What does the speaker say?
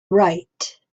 right